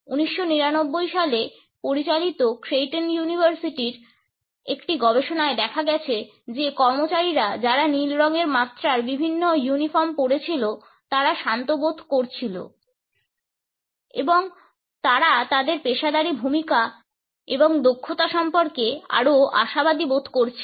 1999 সালে পরিচালিত ক্রাইটন ইউনিভার্সিটির একটি গবেষণায় দেখা গেছে যে কর্মচারীরা যারা নীল রঙের মাত্রার বিভিন্ন ইউনিফর্ম পরেছিল তারা শান্ত বোধ করেছিল এবং তারা তাদের পেশাদারী ভূমিকা এবং দক্ষতা সম্পর্কে আরও আশাবাদী বোধ করেছিল